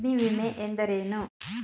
ಅಗ್ನಿವಿಮೆ ಎಂದರೇನು?